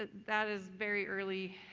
that is very early.